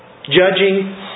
judging